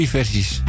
versies